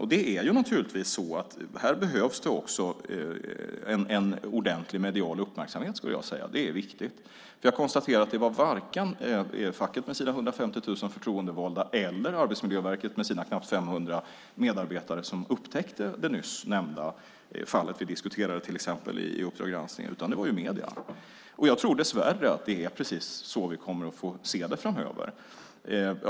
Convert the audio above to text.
Här behövs det naturligtvis också en ordentlig medial uppmärksamhet. Det är viktigt. Jag konstaterar att det varken var facket med sina 150 000 förtroendevalda eller Arbetsmiljöverket med sina knappt 500 medarbetare som upptäckte det nyss nämnda fallet som vi diskuterade i till exempel Uppdrag granskning utan att det var medierna. Jag tror dessvärre att det är det som vi kommer att få se framöver.